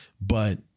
but-